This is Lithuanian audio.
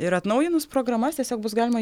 ir atnaujinus programas tiesiog bus galima